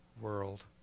world